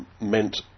meant